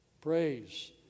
Praise